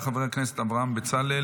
חבר הכנסת אברהם בצלאל,